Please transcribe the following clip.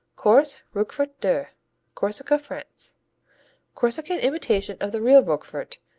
corse, roquefort de corsica, france corsican imitation of the real roquefort,